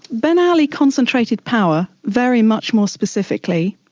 ben ali concentrated power very much more specifically.